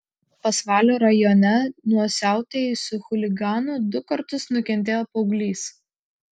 pasvalio rajone nuo siautėjusių chuliganų du kartus nukentėjo paauglys